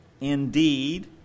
indeed